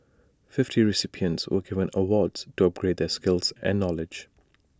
fifty recipients were given awards to upgrade their skills and knowledge